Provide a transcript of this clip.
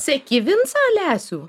seki vincą alesių